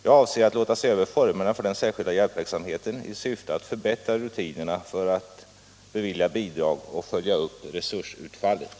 Jag avser att låta se över formerna för den särskilda hjälpverksamheten i syfte att förbättra rutinerna för att bevilja bidrag och följa upp resursutfallet.